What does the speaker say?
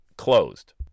Closed